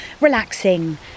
relaxing